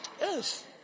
Yes